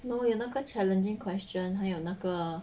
no 有那个 challenging question 还有那个